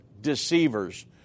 deceivers